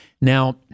Now